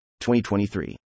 2023